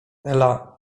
ela